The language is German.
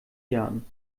jahren